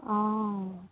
অ